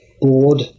bored